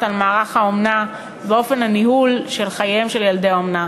על מערך האומנה ועל אופן הניהול של חייהם של ילדי האומנה.